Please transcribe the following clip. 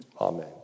Amen